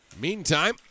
Meantime